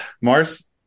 Mars